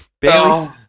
Barely